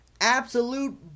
Absolute